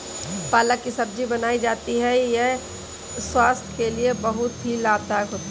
पालक की सब्जी बनाई जाती है यह स्वास्थ्य के लिए बहुत ही लाभदायक होती है